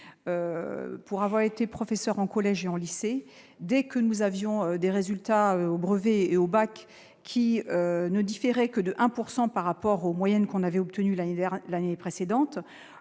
pour avoir été professeur en collège et en lycée dès que nous avions des résultats au brevet et au bac qui ne différaient que de 1 pourcent par rapport aux moyennes qu'on avait obtenu l'rivière l'année précédente,